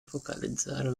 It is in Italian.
focalizzare